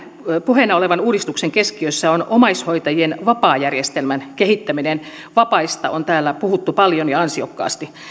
puheena olevan uudistuksen keskiössä on omaishoitajien vapaajärjestelmän kehittäminen vapaista on täällä puhuttu paljon ja ansiokkaasti